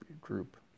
group